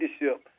leadership